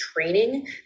training